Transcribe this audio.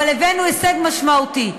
אבל הבאנו הישג משמעותי.